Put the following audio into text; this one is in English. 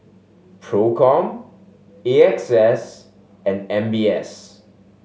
Procom A X S and M B S